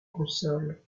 console